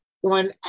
One